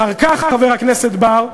אחר כך, חבר הכנסת בר,